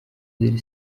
iri